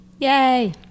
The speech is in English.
yay